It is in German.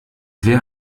wer